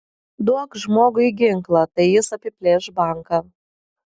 duok žmogui ginklą tai jis apiplėš banką